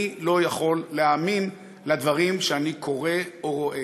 אני לא יכול להאמין לדברים שאני קורא או רואה.